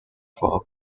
for